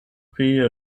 pri